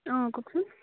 অঁ কওকচোন